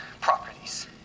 properties